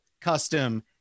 custom